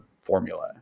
formula